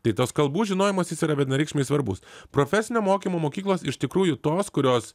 tai tas kalbų žinojimas jis yra vienareikšmiai svarbus profesinio mokymo mokyklos iš tikrųjų tos kurios